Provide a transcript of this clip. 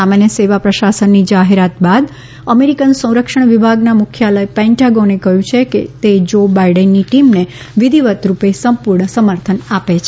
સામાન્ય સેવા પ્રશાસનની જાહેરાત બાદ અમેરિકન સંરક્ષણ વિભાગના મુખ્યાલય પેન્ટાગોને કહ્યું છે કે તે જો બાઇડેનની ટીમને વિધિવત રૂપે સંપૂર્ણ સમંર્થન આપશે